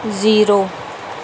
zero